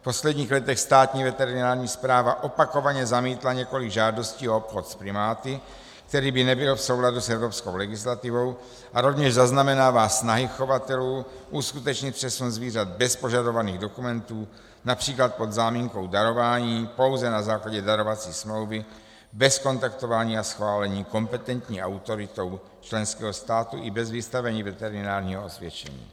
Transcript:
V posledních letech Státní veterinární správa opakovaně zamítla několik žádostí o obchod s primáty, který by nebyl v souladu s evropskou legislativou, a rovněž zaznamenává snahy chovatelů uskutečnit přesun zvířat bez požadovaných dokumentů, např. pod záminkou darování, pouze na základě darovací smlouvy, bez kontaktování a schválení kompetentní autoritou členského státu i bez vystavení veterinárního osvědčení.